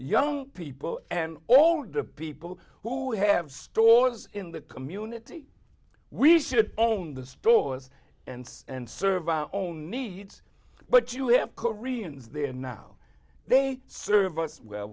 young people and all the people who have stores in the community we should own the stores and and serve our own needs but you have koreans there and now they serve us well